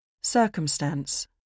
Circumstance